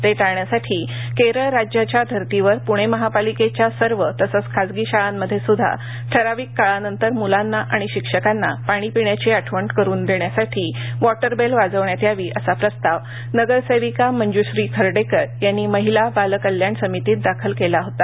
ते टाळण्यासाठी केरळ राज्याच्याधर्तीवर पुणे महापालिकेच्या सर्व तसंच खाजगी शाळांमध्ये सुद्धा ठराविक काळानंतरमुलांना आणिशिक्षकांना पाणी पिण्याची आठवण करुनदेण्यासाठी वॉटर बेल वाजविण्यात यावी असा प्रस्ताव नगरसेविका मंजुश्री खर्डेकरयांनी महिला बालकल्याण समितीत दाखल केला होता